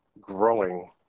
growing